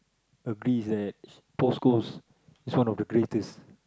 agrees that Paul-Coles is one of the greatest